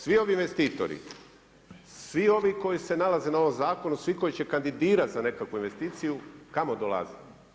Svi ovi investitori, svi ovi koji se nalaze na ovom zakonu, svi koji će kandirati za nekakvu investiciju, kamo dolaze?